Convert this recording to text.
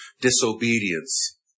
disobedience